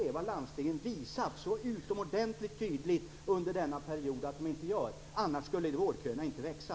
Det har landstingen visat så utomordentligt tydligt under denna period att de inte gör. Annars skulle vårdköerna inte växa.